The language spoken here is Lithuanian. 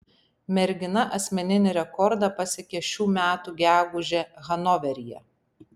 mergina asmeninį rekordą pasiekė šių metų gegužę hanoveryje